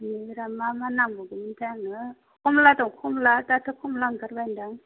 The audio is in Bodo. बेनिफ्राय मा मा नांबावगौमोनथाय आंनो कमला दं कमला दाथ' कमला ओंखारबायदां